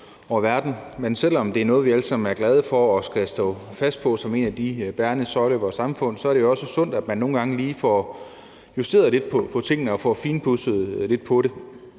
over verden. Men selv om det er noget, vi alle sammen er glade for og skal stå fast på som en af de bærende søjler i vores samfund, er det også sundt, at man nogle gange lige får justeret lidt på tingene og får det finpudset lidt, og det